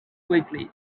quickly